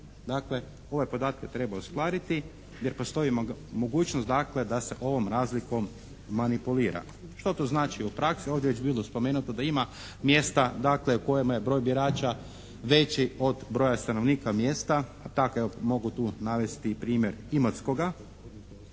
Dakle, ove podatke treba uskladiti jer postoji mogućnost dakle da se ovom razlikom manipulira. Što to znači u praksi? Ovdje je već bilo spomenuto da ima mjesta dakle u kojima je broj birača veći od broja stanovnika mjesta, tako evo mogu tu navesti i primjer Imotskoga